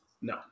No